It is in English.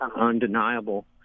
undeniable